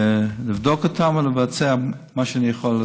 לבדוק אותן ולבצע מה שאני יכול לעשות.